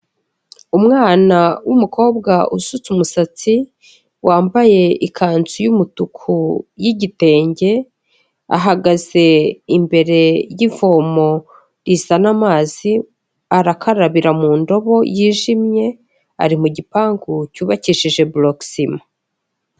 Umwana w'umukobwa usutse umusatsi wambaye ikanzu y'umutuku y'igitenge. Ahagaze imbere y'ivomo rizana amazi, arakarabira mu ndobo yijimye, ari mu gipangu cyubakishije bulokesima.